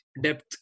depth